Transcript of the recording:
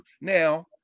Now